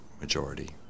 majority